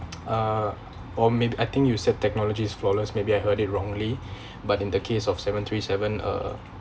uh or maybe I think you said technology is flawless maybe I heard it wrongly but in the case of seven three seven uh